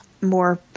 more